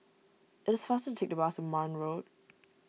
it is faster to take the bus Marne Road